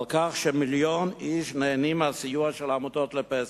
על כך שמיליון איש נהנים מהסיוע של העמותות לפסח,